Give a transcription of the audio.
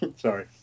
Sorry